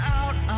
out